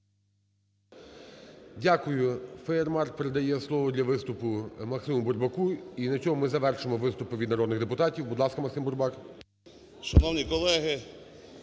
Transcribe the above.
Дякую. Фаєрмарк передає слово для виступу Максиму Бурбаку. І на цьому ми завершуємо виступи від народних депутатів. Будь ласка, Максим Бурбак. 10:41:20